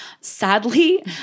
sadly